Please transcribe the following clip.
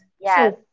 Yes